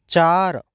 चार